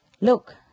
Look